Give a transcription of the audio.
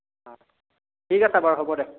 অঁ ঠিক আছে বাৰু হ'ব দে